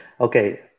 okay